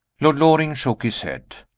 lord loring shook his head.